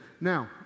Now